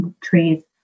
trees